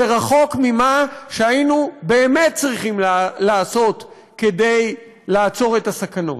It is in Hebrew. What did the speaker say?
זה רחוק ממה שהיינו באמת צריכים לעשות כדי לעצור את הסכנות,